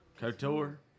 Couture